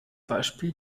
beispiel